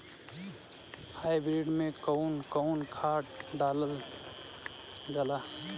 Hybrid में कउन कउन खाद डालल जाला?